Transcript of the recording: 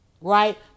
right